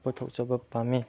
ꯄꯨꯊꯣꯛꯆꯕ ꯄꯥꯝꯃꯤ